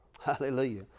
Hallelujah